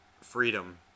Freedom